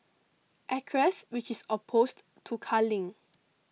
acres which is opposed to culling